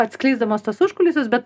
atskleisdamos tuos užkulisius bet